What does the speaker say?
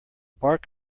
bark